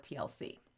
TLC